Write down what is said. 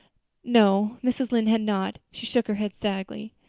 no, mrs. lynde had not. she shook her head sagely.